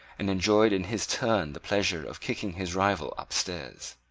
and enjoyed in his turn the pleasure of kicking his rival up stairs.